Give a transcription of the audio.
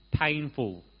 painful